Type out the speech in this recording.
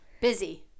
Busy